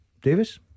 Davis